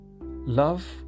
Love